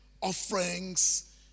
offerings